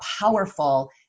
powerful